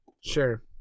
Sure